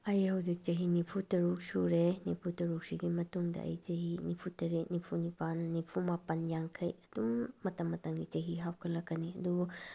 ꯑꯩ ꯍꯧꯖꯤꯛ ꯆꯍꯤ ꯅꯤꯐꯨ ꯇꯔꯨꯛ ꯁꯨꯔꯦ ꯅꯤꯐꯨ ꯇꯔꯨꯛꯁꯤꯒꯤ ꯃꯇꯨꯡꯗ ꯑꯩ ꯆꯍꯤ ꯅꯤꯐꯨ ꯇꯔꯦꯠ ꯅꯤꯐꯨ ꯅꯤꯄꯥꯟ ꯅꯤꯐꯨ ꯃꯄꯥꯟ ꯌꯥꯡꯈꯩ ꯑꯗꯨꯝ ꯃꯇꯝ ꯃꯇꯝꯒꯤ ꯆꯍꯤ ꯍꯥꯞꯀꯠꯂꯛꯀꯅꯤ ꯑꯗꯨꯕꯨ